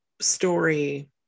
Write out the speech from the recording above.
story